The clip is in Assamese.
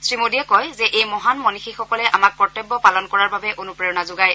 শ্ৰীমোদীয়ে কয় যে এই মহান মনীযীসকলে আমাক কৰ্তব্য পালন কৰা বাবে অনুপ্ৰেৰণা যোগায়